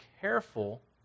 careful